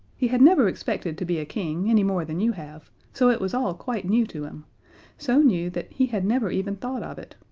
he had never expected to be a king any more than you have, so it was all quite new to him so new that he had never even thought of it.